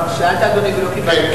שאלת, אדוני, ולא קיבלת תשובות?